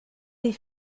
des